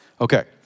Okay